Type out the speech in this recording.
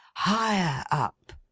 higher up!